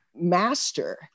master